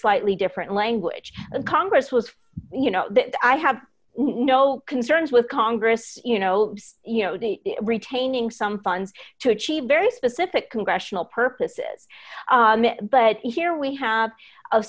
slightly different language and congress was you know i have no concerns with congress you know you know they retaining some funds to achieve very specific congressional purposes but here we have a